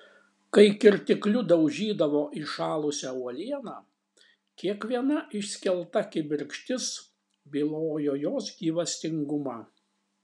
kai kirtikliu daužydavo įšalusią uolieną kiekviena išskelta kibirkštis bylojo jos gyvastingumą